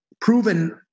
proven